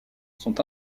sont